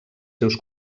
seus